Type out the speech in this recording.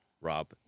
Rob